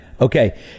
Okay